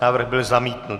Návrh byl zamítnut.